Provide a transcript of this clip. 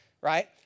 right